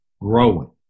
growing